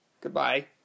Goodbye